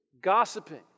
gossiping